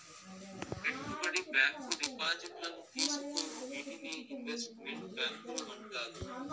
పెట్టుబడి బ్యాంకు డిపాజిట్లను తీసుకోవు వీటినే ఇన్వెస్ట్ మెంట్ బ్యాంకులు అంటారు